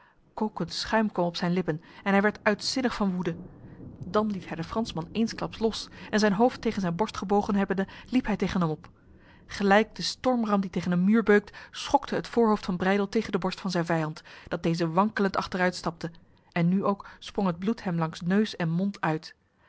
kokend schuim kwam op zijn lippen en hij werd uitzinnig van woede dan liet hij de fransman eensklaps los en zijn hoofd tegen zijn borst gebogen hebbende liep hij tegen hem op gelijk de stormram die tegen een muur beukt schokte het voorhoofd van breydel tegen de borst van zijn vijand dat deze wankelend achteruit stapte en nu ook sprong het bloed hem langs neus en mond uit